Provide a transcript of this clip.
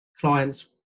clients